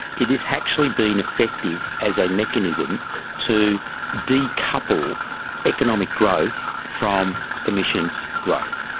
it has actually been effective as a mechanism to decouple economic growth from emissions growth.